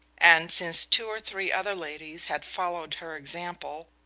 and since two or three other ladies had followed her example,